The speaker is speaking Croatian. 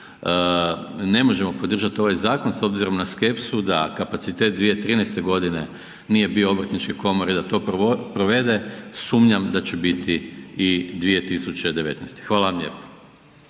ne možemo podržati ovaj zakon s obzirom na skepsu da kapacitet 2013. godine nije bio Obrtničke komore da to provede sumnjam da će biti i 2019. Hvala vam lijepa.